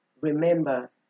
remember